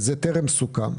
והוא טרם סוכם,